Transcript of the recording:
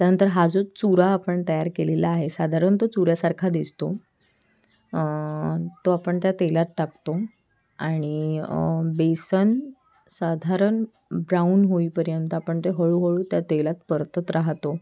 त्यानंतर हा जो चुरा आपण तयार केलेला आहे साधारण तो चुऱ्यासारखा दिसतो तो आपण त्या तेलात टाकतो आणि बेसन साधारण ब्राऊन होईपर्यंत आपण ते हळूहळू त्या तेलात परतत राहतो